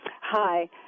Hi